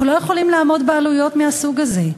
אנחנו לא יכולים לעמוד בעלויות מהסוג הזה.